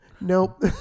nope